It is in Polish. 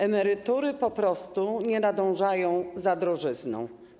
Emerytury po prostu nie nadążają za drożyzną.